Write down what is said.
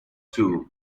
tour